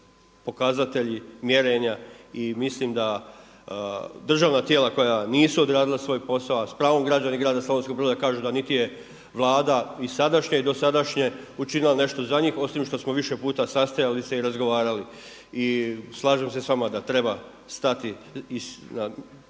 pokazatelji mjerenja i mislim da državna tijela koja nisu odradila svoj posao, a s pravom građani grada Slavonskog Broda kažu da niti je Vlada i sadašnja i dosadašnje učinila nešto za njih osim što smo više puta sastajali se i razgovarali. I slažem se s vama da treba stati i